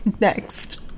next